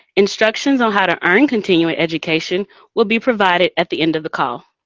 instructions on how to earn continuing education will be provided at the end of the call.